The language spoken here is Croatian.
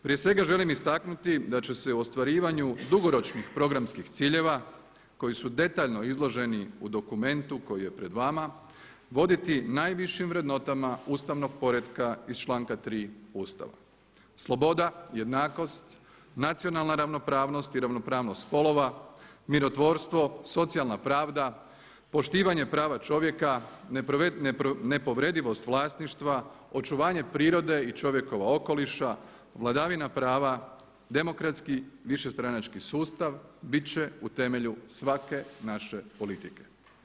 Prije svega želim istaknuti da će se u ostvarivanju dugoročnih programskih ciljeva koji su detaljno izloženi u dokumentu koji je pred vama voditi najvišim vrednotama ustavnog poretka iz članka 3. Ustava – sloboda, jednakost, nacionalna ravnopravnost i ravnopravnost spolova, mirotvorstvo, socijalna pravda, poštivanje prava čovjeka, nepovredivost vlasništva, očuvanje prirode i čovjekova okoliša, vladavina prava, demokratski višestranački sustav bit će u temelju svake naše politike.